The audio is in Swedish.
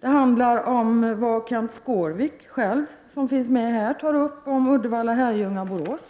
Det handlar om vad Kenth Skårvik själv, som finns med här, föreslår beträffande sträckan Uddevalla-Herrljunga-Borås.